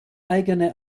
eigene